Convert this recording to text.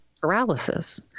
paralysis